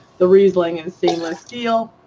the riesling in stainless steel.